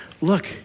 Look